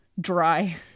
dry